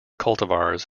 cultivars